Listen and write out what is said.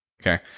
Okay